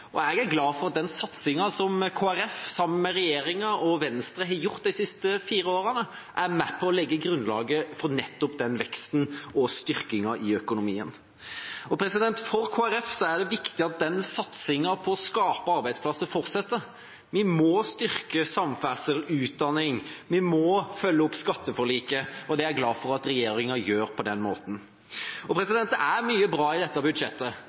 Jeg er glad for at den satsingen som Kristelig Folkeparti sammen med regjeringa og Venstre har gjort de siste fire årene, er med på å legge grunnlaget for nettopp veksten og styrkingen i økonomien. For Kristelig Folkeparti er det viktig at satsingen på å skape arbeidsplasser fortsetter. Vi må styrke samferdsel og utdanning. Vi må følge opp skatteforliket, og det er jeg glad for at regjeringa gjør på den måten. Det er mye bra i dette budsjettet.